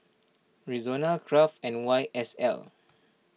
Rexona Kraft and Y S L